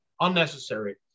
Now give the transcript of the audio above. unnecessary